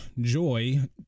Joy